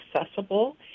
accessible